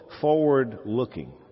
forward-looking